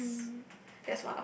yes